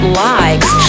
likes